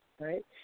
right